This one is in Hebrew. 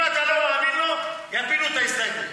אם אתה לא מאמין לו, יפילו את ההסתייגות.